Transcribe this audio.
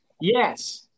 yes